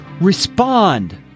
respond